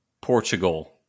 Portugal